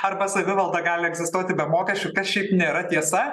arba savivalda gali egzistuoti be mokesčių kas šiaip nėra tiesa